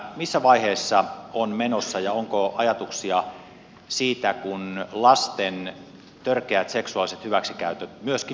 missä vaiheessa se asia on menossa ja onko ajatuksia siitä että lasten törkeät seksuaaliset hyväksikäytöt myöskin vanhenevat